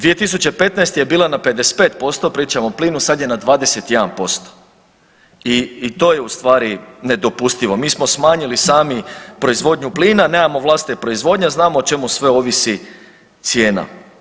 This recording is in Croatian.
2015. je bila na 55%, pričamo o plinu, sad je na 21% i to je ustvari nedopustivo, mi smo smanjili sami proizvodnju plina, nemamo vlastite proizvodnje, a znamo o čemu sve ovisi cijena.